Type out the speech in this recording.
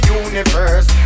universe